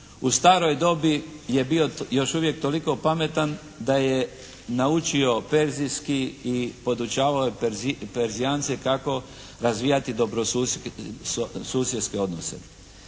U staroj dobi je bio još uvijek toliko pametan da je naučio perzijski i podučavao je Perzijance kako razvijati dobrosusjedske odnose.